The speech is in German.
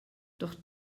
doch